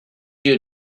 you